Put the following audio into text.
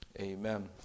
Amen